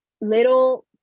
little